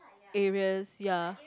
areas ya